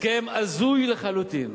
הסכם הזוי לחלוטין.